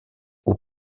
aux